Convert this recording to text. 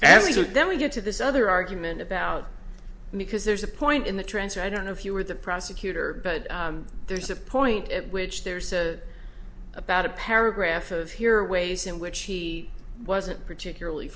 are then we get to this other argument about because there's a point in the transfer i don't know if you were the prosecutor but there's a point at which there's a about a paragraph of here ways in which he wasn't particularly